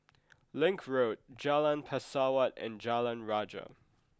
Link Road Jalan Pesawat and Jalan Rajah